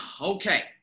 Okay